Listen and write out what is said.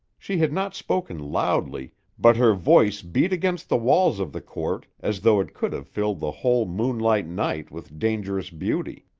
she had not spoken loudly, but her voice beat against the walls of the court as though it could have filled the whole moonlight night with dangerous beauty.